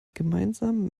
gemeinsam